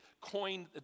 coined